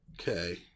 Okay